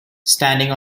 standing